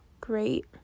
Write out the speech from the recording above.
great